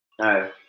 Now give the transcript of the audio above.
No